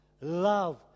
love